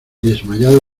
desmayado